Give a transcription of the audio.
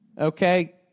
Okay